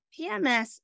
PMS